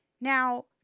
Now